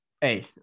Hey